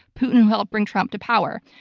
putin who helped bring trump to power.